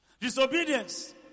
Disobedience